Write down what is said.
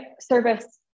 service